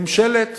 ממשלת